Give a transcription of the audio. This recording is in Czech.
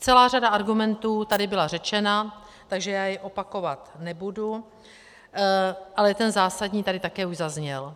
Celá řada argumentů tady byla řečena, takže já je opakovat nebudu, ale ten zásadní tady také už zazněl.